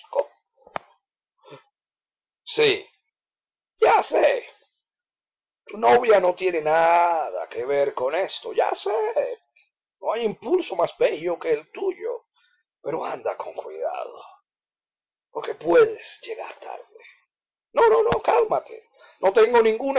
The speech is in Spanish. sí ya sé tu novia no tiene nada que ver con esto ya sé no hay impulso más bello que el tuyo pero anda con cuidado porque puedes llegar tarde no no cálmate no tengo ninguna